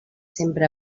sempre